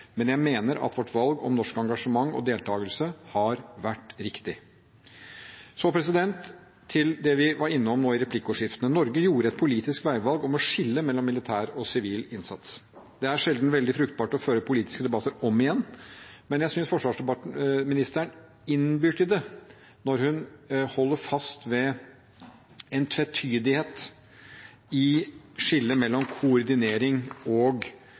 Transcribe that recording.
men jeg mener at vårt valg om norsk engasjement og deltakelse har vært riktig. Så til det vi var innom i replikkordskiftet. Norge gjorde et politisk veivalg ved å skille mellom militær og sivil innsats. Det er sjelden veldig fruktbart å føre politiske debatter om igjen, men jeg synes forsvarsministeren innbyr til det når hun holder fast ved en tvetydighet i skillet mellom koordinering og